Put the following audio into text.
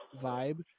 vibe